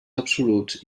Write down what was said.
absoluts